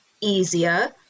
easier